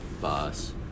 Boss